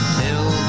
till